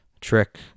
trick